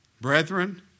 Brethren